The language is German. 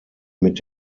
mit